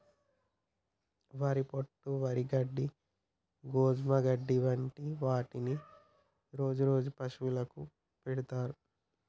వరి పొట్టు, వరి గడ్డి, గోధుమ గడ్డి వంటి వాటిని రాజు రోజు పశువులకు పెడుతుంటాడు